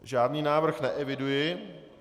Žádný návrh neeviduji.